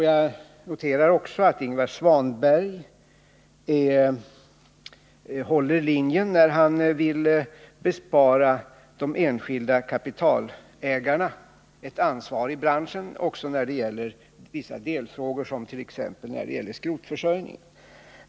Jag noterar också att Ingvar Svanberg håller linjen när han vill bespara de enskilda kapitalägarna ett ansvar i branschen och även i fråga om vissa delfrågor, t.ex. när det gäller skrotförsörjningen.